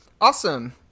Awesome